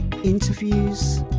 interviews